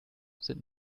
sind